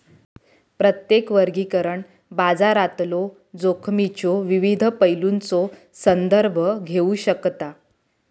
प्रत्येक वर्गीकरण बाजारातलो जोखमीच्यो विविध पैलूंचो संदर्भ घेऊ शकता